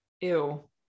Ew